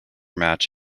match